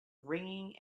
ringing